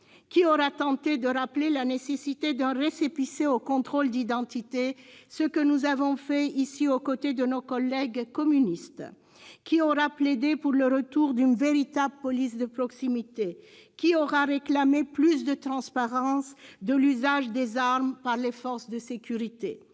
Qui aura tenté de rappeler la nécessité d'un récépissé pour les contrôles d'identité, ce que nous avons fait ici aux côtés de nos collègues communistes ? Qui aura plaidé pour le retour d'une véritable police de proximité ? Qui aura réclamé plus de transparence de l'usage des armes par les forces de sécurité ?